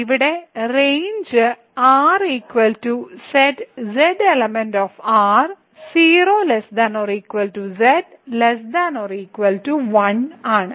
ഇവിടെ range R ആണ്